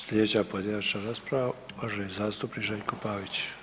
Sljedeća pojedinačna rasprava uvaženi zastupnik Željko Pavić.